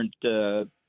different